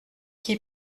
qui